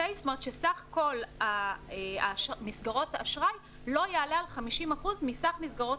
זאת אומרת שסך כל מסגרות האשראי לא יעלה על 50% מסך מסגרות